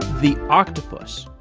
the octopus,